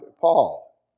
Paul